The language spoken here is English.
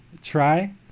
try